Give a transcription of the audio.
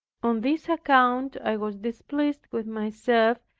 on this account i was displeased with myself,